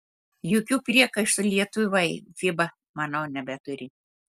jokių priekaištų lietuvai fiba manau nebeturi